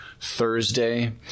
Thursday